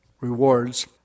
rewards